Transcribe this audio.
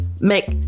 Make